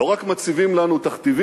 לא רק מציבים לנו תכתיבים,